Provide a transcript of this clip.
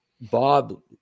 Bob